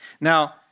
Now